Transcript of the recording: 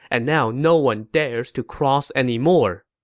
and now no one dares to cross anymore.